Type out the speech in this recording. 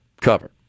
cover